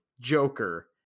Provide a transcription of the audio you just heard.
Joker